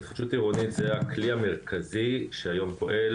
התחדשות עירונית זה הכלי המרכזי שפועל